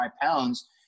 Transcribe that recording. pounds